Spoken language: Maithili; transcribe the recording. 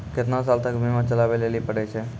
केतना साल तक बीमा चलाबै लेली पड़ै छै?